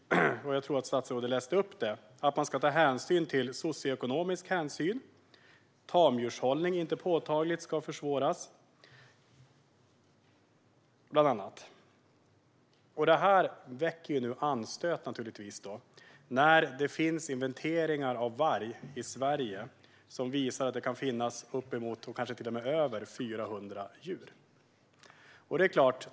Jag tror att statsrådet nämnde det man kom fram till, bland annat att det ska tas socioekonomisk hänsyn och att tamdjurshållning inte ska försvåras påtagligt. Det väcker naturligtvis anstöt när inventeringar av varg i Sverige visar att det kan finnas uppemot och kanske till och med fler än 400 individer.